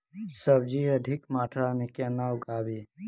सब्जी अधिक मात्रा मे केना उगाबी?